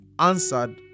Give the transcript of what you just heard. answered